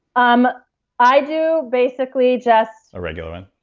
um i do basically just. a regular one?